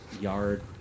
yard